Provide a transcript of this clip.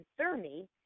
thermi